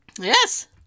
yes